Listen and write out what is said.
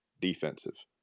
defensive